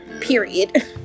Period